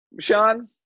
Sean